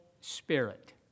spirit